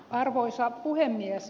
arvoisa puhemies